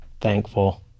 thankful